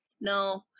no